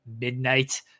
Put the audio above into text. midnight